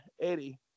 Eddie